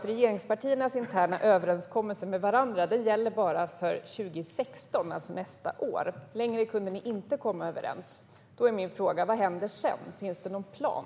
Regeringspartiernas interna överenskommelse med varandra gäller bara för 2016, alltså nästa år. Längre kunde de inte komma överens. Min fråga är: Vad händer sedan, finns det någon plan?